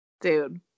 dude